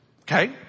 Okay